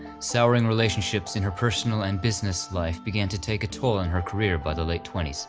souring relationships in her personal and business life began to take a toll in her career by the late twenty s,